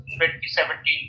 2017